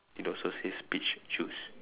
it also says peach juice